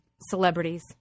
celebrities